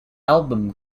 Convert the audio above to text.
album